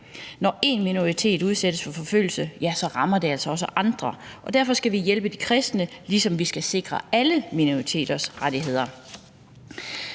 Når én minoritet udsættes for forfølgelse, rammer det altså også andre, og derfor skal vi hjælpe de kristne, ligesom vi skal sikre alle minoriteters rettigheder